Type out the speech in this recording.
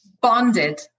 bonded